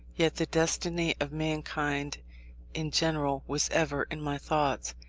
yet the destiny of mankind in general was ever in my thoughts,